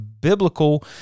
biblical